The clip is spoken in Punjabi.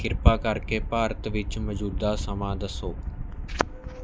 ਕਿਰਪਾ ਕਰਕੇ ਭਾਰਤ ਵਿੱਚ ਮੌਜੂਦਾ ਸਮਾਂ ਦੱਸੋ